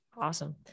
Awesome